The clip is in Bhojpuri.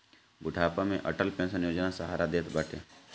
बुढ़ापा में अटल पेंशन योजना सहारा देत बाटे